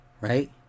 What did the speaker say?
Right